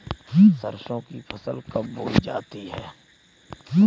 सरसों की फसल कब बोई जाती है?